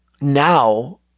now